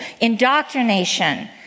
Indoctrination